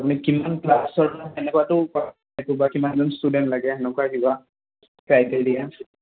আপুনি কিমান ক্লাছৰ সেনেকুৱাটো বা কেইগৰাকীমান ষ্টুডেণ্ট লাগে সেনেকুৱা কিবা